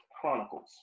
Chronicles